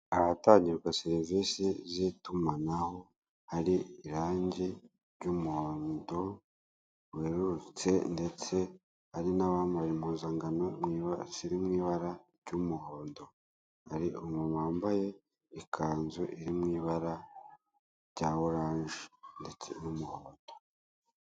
Ahatangirwa serivise z'itumanaho, hari irange ry'umuhondo werurutse ndetse hari n'abambaye impuzankano ziri mu ibara ry'umuhondo, hari umuntu wambaye ikanzu iri mu ibara rya oranje ndetse n'umuhondo.